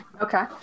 okay